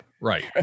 right